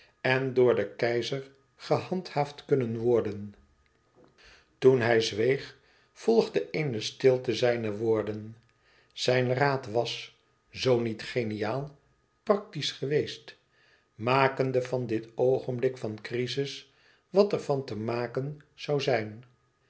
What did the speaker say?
en door den keizer gehandhaafd kunnen worden toen hij zweeg volgde eene stilte zijne woorden zijn raad was zoo niet geniaal praktisch geweest makende van dit oogenblik van crizis wat er van te maken zoû zijn